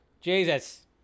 Jesus